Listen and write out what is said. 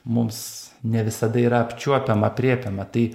mums ne visada yra apčiuopiama aprėpiama tai